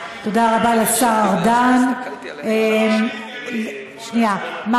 לא ענית לי על מה ששאלתי, תודה רבה לשר ארדן.